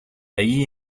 ahí